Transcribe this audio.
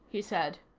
he said.